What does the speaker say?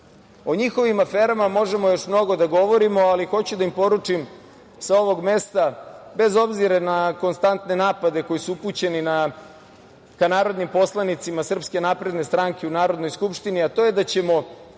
njihovim aferama možemo još mnogo da govorimo, ali hoću da im poručim sa ovog mesta, bez obzira na konstantne napade koji su upućeni ka narodnim poslanicima SNS u Narodnoj skupštini, a to je da ćemo